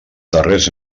darrers